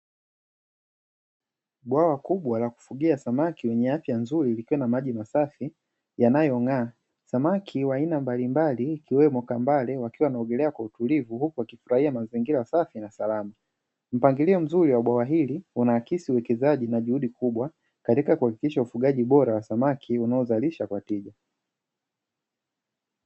Bwawa kubwa la kufugia samaki wenye afya nzuri likiwa na maji masafi yanayoong'aa. Samaki wa aina mbalimbali ikiwemo kambale wakiwa wanaogelea kwa utulivu huku wakifurahia mazingira safi na salama. Mpangilio mzuri wa bwawa hili unaakisi uwekezaji na juhudi kubwa katika kuhakikisha ufugaji bora wa samaki unaozalisha kwa tija.